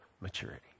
maturity